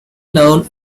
known